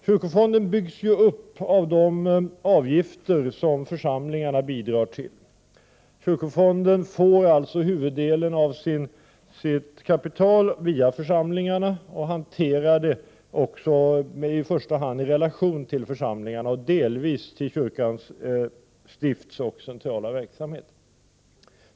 ; Kyrkofonden byggs ju upp av de avgifter som församlingarna bidrar med. Kyrkofonden får alltså huvuddelen av sitt kapital via församlingarna och hanterar det också i första hand i relation till församlingarna och i viss mån till kyrkans stiftsoch centrala verksamhet.